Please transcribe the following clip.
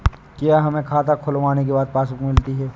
क्या हमें खाता खुलवाने के बाद पासबुक मिलती है?